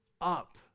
up